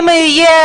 יפה,